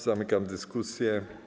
Zamykam dyskusję.